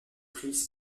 prix